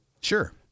Sure